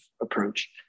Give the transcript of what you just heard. approach